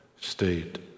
state